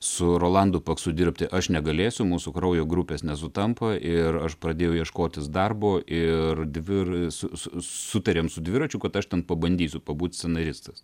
su rolandu paksu dirbti aš negalėsiu mūsų kraujo grupės nesutampa ir aš pradėjau ieškotis darbo ir dvir su su sutarėme su dviračiu kad aš ten pabandysiu pabūt scenaristas